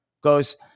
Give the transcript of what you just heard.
goes